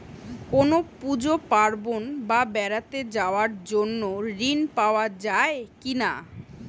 কোনো পুজো পার্বণ বা বেড়াতে যাওয়ার জন্য ঋণ পাওয়া যায় কিনা?